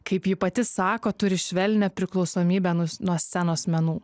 kaip ji pati sako turi švelnią priklausomybę nuo scenos menų